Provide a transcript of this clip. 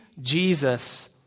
Jesus